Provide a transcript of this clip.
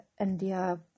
India